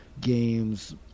games